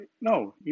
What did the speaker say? No